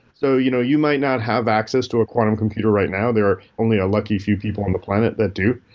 so you know you might not have access to a quantum computer right. there are only a lucky few people on the planet that do.